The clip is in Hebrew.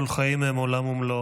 כל חיים הם עולם ומלואו.